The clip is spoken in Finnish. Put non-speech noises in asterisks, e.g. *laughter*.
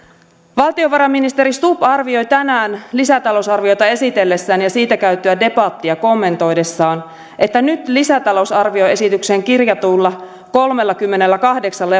valtiovarainministeri stubb arvioi tänään lisätalousarviota esitellessään ja siitä käytyä debattia kommentoidessaan että nyt lisätalousarvioesitykseen kirjatuilla kolmellakymmenelläkahdeksalla *unintelligible*